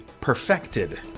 perfected